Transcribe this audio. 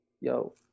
yo